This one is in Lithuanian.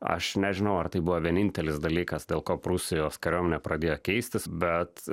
aš nežinau ar tai buvo vienintelis dalykas dėl ko prūsijos kariuomenė pradėjo keistis bet